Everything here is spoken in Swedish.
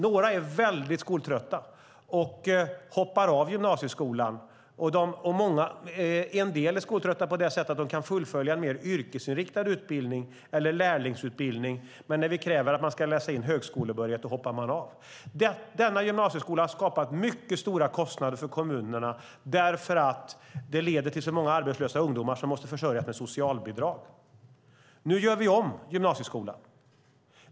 Några är väldigt skoltrötta och hoppar av gymnasieskolan. En del är skoltrötta på det sättet att de kan fullfölja en mer yrkesinriktad utbildning eller en lärlingsutbildning. Men när vi kräver att de ska läsa in högskolebehörighet, då hoppar de av. Denna gymnasieskola har skapat mycket stora kostnader för kommunerna därför att den leder till så många arbetslösa ungdomar som måste försörjas med socialbidrag. Nu gör vi om gymnasieskolan.